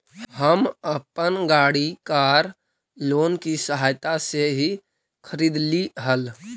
हम अपन गाड़ी कार लोन की सहायता से ही खरीदली हल